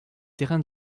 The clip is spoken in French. terrains